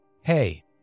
Hey